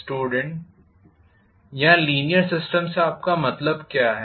student यहां linear system से आपका क्या मतलब है